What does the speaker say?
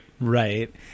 Right